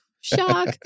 Shock